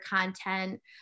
content